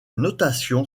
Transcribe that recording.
notation